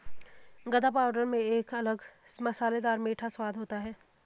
गदा पाउडर में एक अलग मसालेदार मीठा स्वाद होता है